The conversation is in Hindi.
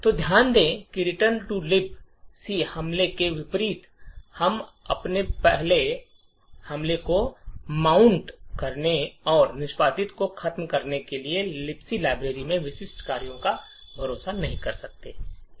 तो ध्यान दें कि रिटर्न टू लिबक हमले के विपरीत हम अपने हमले को माउंट करने और निष्पादन को खत्म करने के लिए लिबक लाइब्रेरी में विशिष्ट कार्यों पर भरोसा नहीं कर रहे हैं